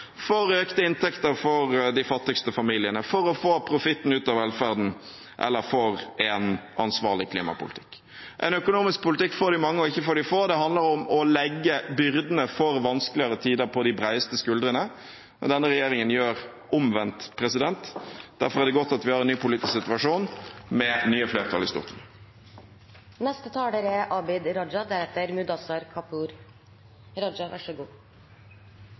for økte inntekter for de fattigste familiene, for å få profitten ut av velferden eller for en ansvarlig klimapolitikk. En økonomisk politikk for de mange og ikke for de få handler om å legge byrdene for vanskeligere tider på de bredeste skuldrene, men denne regjeringen gjør omvendt. Derfor er det godt at vi har en ny politisk situasjon med nye flertall i Stortinget. Jeg noterte meg at representanten Trond Giske sier at det er